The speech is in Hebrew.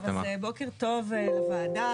בוקר טוב לוועדה,